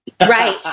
Right